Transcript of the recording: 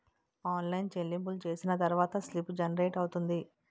online చెల్లింపులు చేసిన తర్వాత స్లిప్ జనరేట్ అవుతుంది